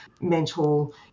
mental